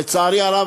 לצערי הרב,